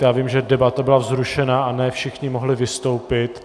Já vím, že debata byla vzrušená a ne všichni mohli vystoupit.